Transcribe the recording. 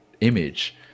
image